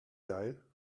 geil